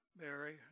Mary